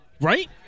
Right